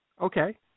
Okay